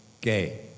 gay